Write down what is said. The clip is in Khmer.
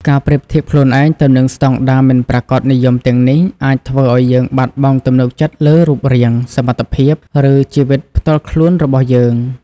ការប្រៀបធៀបខ្លួនឯងទៅនឹងស្តង់ដារមិនប្រាកដនិយមទាំងនេះ អាចធ្វើឱ្យយើងបាត់បង់ទំនុកចិត្តលើរូបរាង សមត្ថភាព ឬជីវិតផ្ទាល់ខ្លួនរបស់យើង។